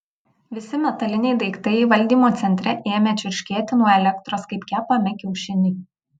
visi metaliniai daiktai valdymo centre ėmė čirškėti nuo elektros kaip kepami kiaušiniai